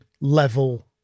level